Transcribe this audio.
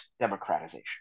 democratization